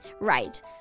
Right